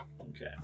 okay